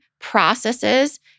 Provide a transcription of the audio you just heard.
processes